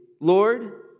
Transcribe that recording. Lord